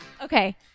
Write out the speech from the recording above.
Okay